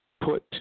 put